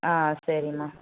ஆ சரிம்மா